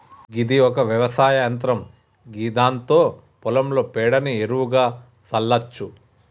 గిది ఒక వ్యవసాయ యంత్రం గిదాంతో పొలంలో పేడను ఎరువుగా సల్లచ్చు